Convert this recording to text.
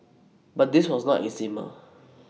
but this was not eczema